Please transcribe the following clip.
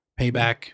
Payback